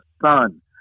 son